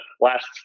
last